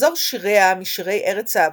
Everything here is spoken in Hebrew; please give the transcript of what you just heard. מחזור שיריה "משירי ארץ אהבתי"